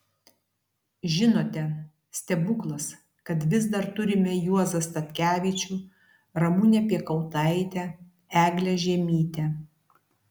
žinote stebuklas kad vis dar turime juozą statkevičių ramunę piekautaitę eglę žiemytę